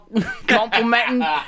complimenting